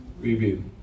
review